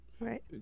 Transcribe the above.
Right